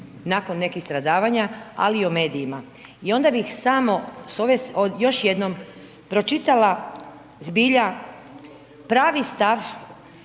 nakon nekih stradavanja ali i o medijima. I onda bih samo s ove, još jednom pročitala zbilja pravi stav